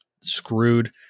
screwed